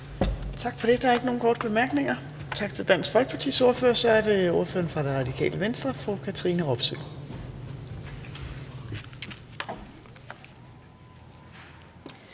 Tak for det. Der er ikke nogen korte bemærkninger. Tak til Dansk Folkepartis ordfører. Så er det ordføreren for Det Radikale Venstre, fru Katrine Robsøe.